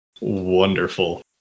Wonderful